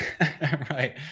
Right